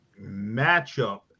matchup